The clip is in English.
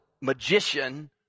magician